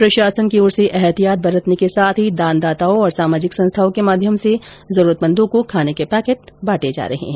प्रशासन की ओर से एहतियात बरते के साथ ही दान दाताओं और सामाजिक संस्थाओं के माध्यम से जरूरतमंदों को खाने के पैकेट बांटे जा रहे है